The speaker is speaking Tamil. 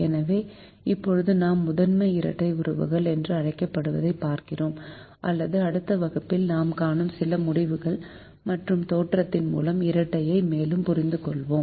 எனவே இப்போது நாம் முதன்மை இரட்டை உறவுகள் என்று அழைக்கப்படுவதைப் பார்க்கிறோம் அல்லது அடுத்த வகுப்பில் நாம் காணும் சில முடிவுகள் மற்றும் தேற்றத்தின் மூலம் இரட்டையை மேலும் புரிந்துகொள்கிறோம்